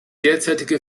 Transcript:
derzeitige